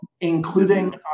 including